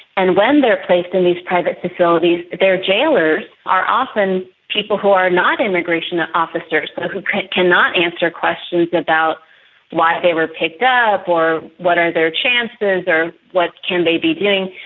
and when they are placed in these private facilities, their jailers are often people who are not immigration ah officers, so but who cannot answer questions about why they were picked up or what are their chances or what can they be doing,